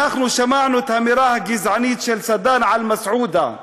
שמענו את האמירה הגזענית של סדן על מסעודה.